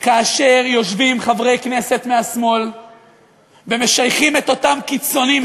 כאשר יושבים חברי כנסת מהשמאל ומשייכים את אותם קיצוניים,